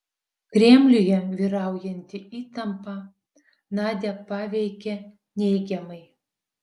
kremliuje vyraujanti įtampa nadią paveikė neigiamai